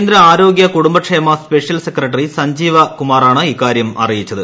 കേന്ദ്ര ആരോഗ്യ കുടുംബ ക്ഷേമ സ്പെഷ്യൽ സെക്രട്ടറി സഞ്ജീവ കുമാറാണ് ഇക്കാര്യം അറിയിച്ചത്